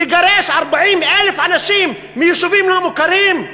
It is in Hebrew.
לגרש 40,000 אנשים מיישובים לא מוכרים?